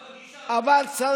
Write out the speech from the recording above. זו הגישה, אדוני.